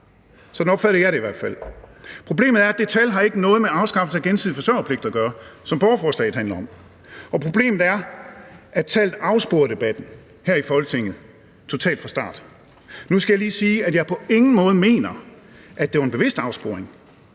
Sådan opfattede jeg det i hvert fald. Problemet er, at det tal ikke har noget med afskaffelse af gensidig forsørgerpligt at gøre, som borgerforslaget handler om. Og problemet er, at tallet totalt afsporede debatten her i Folketinget fra start. Nu skal jeg lige sige, at jeg på ingen måde mener, at det var en bevidst afsporing.